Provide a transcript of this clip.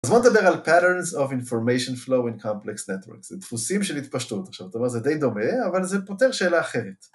אז בואו נדבר על patterns of information flow in complex networks זה דפוסים של התפשטות. עכשיו, אתה אומר זה די דומה, אבל זה פותר שאלה אחרת